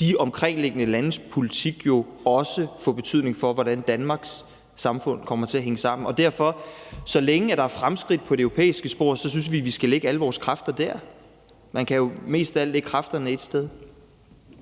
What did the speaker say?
de omkringliggende landes politik jo også få betydning for, hvordan det danske samfund kommer til at hænge sammen. Derfor synes vi, at så længe der er fremskridt på det europæiske spor, skal vi lægge alle vores kræfter der. Man kan jo mest af alt lægge kræfterne ét sted.